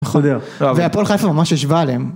נכון, והפועל חיפה ממש ישבה עליהם.